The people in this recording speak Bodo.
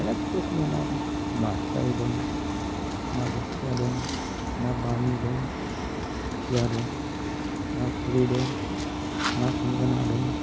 अनेक रोखोमनि ना दं नास्राय दं ना बोथिया दं ना बामि दं खुसिया दं ना थुरि दं ना थेंगोना दं